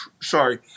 Sorry